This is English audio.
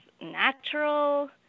natural